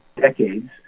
decades